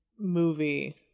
movie